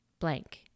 blank